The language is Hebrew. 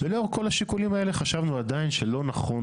ולאור כל השיקולים האלה חשבנו עדיין שלא נכון